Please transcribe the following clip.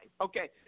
Okay